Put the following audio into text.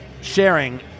sharing